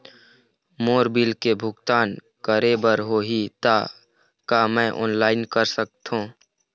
मोर bill के भुगतान करे बर होही ता का मैं ऑनलाइन कर सकथों?